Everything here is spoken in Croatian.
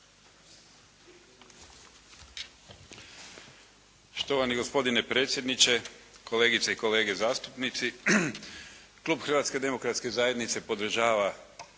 Štovani gospodine predsjedniče, kolegice i kolege zastupnici. Klub Hrvatske demokratske zajednice podržava